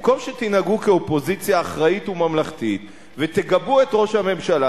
במקום שתנהגו כאופוזיציה אחראית וממלכתית ותגבו את ראש הממשלה,